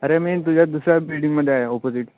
अरे मी तुझ्या दुसऱ्या बिल्डिंगमध्ये आहे ऑपोजिट